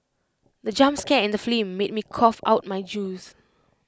the jump scare in the film made me cough out my juice